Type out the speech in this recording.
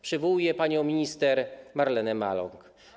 Przywołuję panią minister Marlenę Maląg.